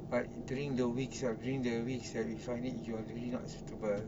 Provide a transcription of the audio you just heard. but during the weeks ah during the weeks if we find it you are really not suitable